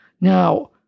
now